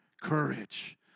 courage